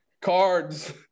cards